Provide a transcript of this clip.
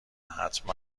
حتما